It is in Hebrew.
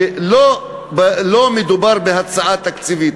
שלא מדובר בהצעה תקציבית.